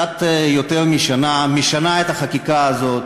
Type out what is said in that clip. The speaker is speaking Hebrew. אחרי קצת יותר משנה, משנה את החקיקה הזאת,